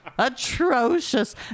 atrocious